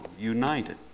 united